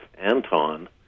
Anton